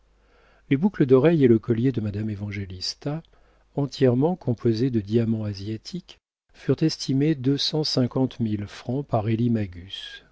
les boucles d'oreilles et le collier de madame évangélista entièrement composés de diamants asiatiques furent estimés deux cent cinquante mille francs par élie